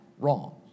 wrong